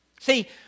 See